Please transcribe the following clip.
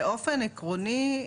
באופן עקרוני,